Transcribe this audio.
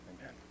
Amen